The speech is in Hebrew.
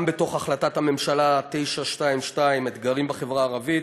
גם בהחלטת הממשלה מס' 922 אתגרים בחברה הערבית,